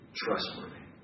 trustworthy